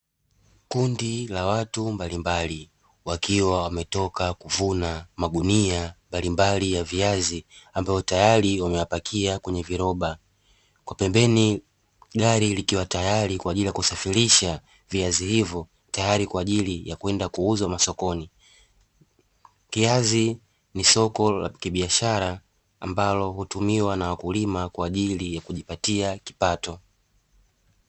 Kundi la watu mbalimbali wakiwa wametoka kuvuna mazao kwenye magunia mbalimbali